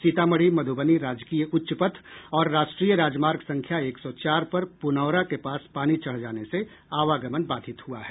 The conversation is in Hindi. सीतामढ़ी मधुबनी राजकीय उच्च पथ और राष्ट्रीय राजमार्ग संख्या एक सौ चार पर पुनौरा के पास पानी चढ़ जाने से आवागमन बाधित हुआ है